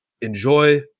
Enjoy